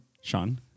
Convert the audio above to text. Sean